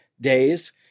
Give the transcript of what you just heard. days